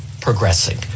progressing